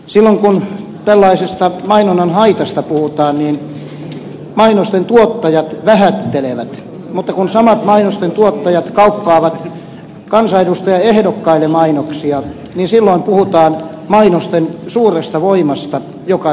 silloin kun tällaisesta mainonnan haitasta puhutaan niin mainosten tuottajat vähättelevät mutta kun samat mainosten tuottajat kauppaavat kansanedustajaehdokkaille mainoksia niin silloin puhutaan mai nosten suuresta voimasta joka sekunnilla